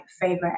favorite